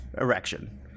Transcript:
erection